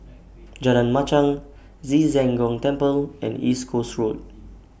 Jalan Machang Ci Zheng Gong Temple and East Coast Road